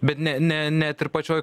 bet ne ne net ir pačioj